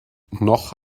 noch